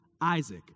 Isaac